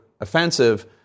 offensive